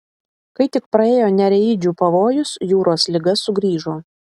kai tik praėjo nereidžių pavojus jūros liga sugrįžo